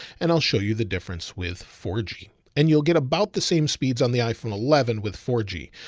and i'll show you the difference with four g. and you'll get about the same speeds on the iphone eleven with four g,